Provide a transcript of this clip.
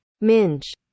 Minge